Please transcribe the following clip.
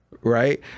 right